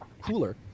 cooler